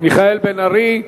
מיכאל בן-ארי.